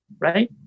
right